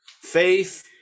Faith